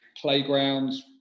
playgrounds